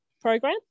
program